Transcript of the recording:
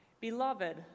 Beloved